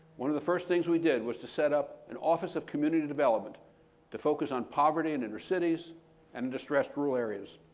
one of the first things we did was set up an office of community development to focus on poverty in inner cities and in distressed rural areas.